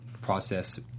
process